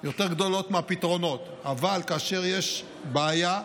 יותר גדולות מהפתרונות, אבל כאשר יש בעיה,